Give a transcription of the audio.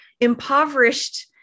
impoverished